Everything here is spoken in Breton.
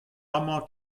amañ